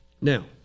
Now